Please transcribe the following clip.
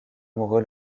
amoureux